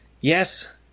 Yes